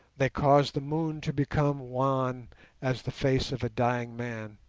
they cause the moon to become wan as the face of a dying man,